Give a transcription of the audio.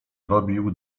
robił